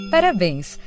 Parabéns